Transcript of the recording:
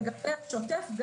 ולגבי השוטף,